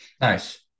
Nice